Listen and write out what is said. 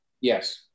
Yes